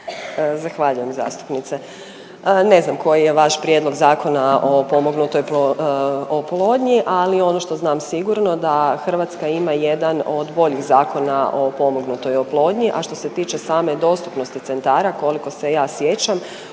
Zahvaljujem zastupnice. Ne znam koji je vaš prijedlog zakona o pomognutoj oplodnji, ali ono što znam sigurno da Hrvatska ima jedan od boljih zakona o pomognutoj oplodnji, a što se tiče same dostupnosti centara, koliko se ja sjećam,